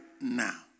now